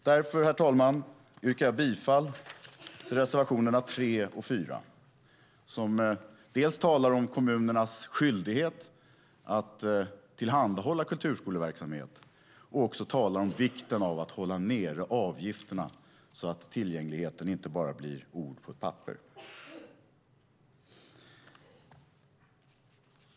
Därför, herr talman, yrkar jag bifall till reservationerna 3 och 4, som dels talar om kommunernas skyldighet att tillhandahålla kulturskoleverksamhet, dels om vikten av att hålla nere avgifterna så att tillgängligheten inte bara blir ord på ett papper.